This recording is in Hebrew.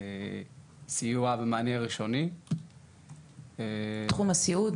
סיוע ומענה ראשוני בתחום הסיעוד